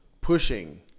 pushing